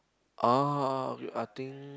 oh I think